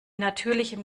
natürlichem